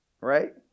right